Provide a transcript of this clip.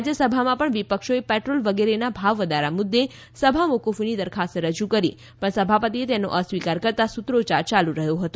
રાજ્યસભામાં પણ વિપક્ષોએ પેટ્રોલ વગેરેના ભાવવધારા મુદ્દે સભા મોફફીની દરખાસ્ત રજૂ કરી પણ સભાપતિએ તેનો અસ્વીકાર કરતા સૂત્રોચ્યાર યાલુ રહ્યો હતો